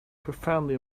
profoundly